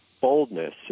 boldness